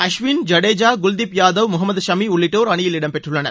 அஸ்வின் ஜடேஜா குல்திப் யாதவ் முகமது ஷமி உள்ளட்டோர் அணியில் இடம்பெற்றுள்ளனர்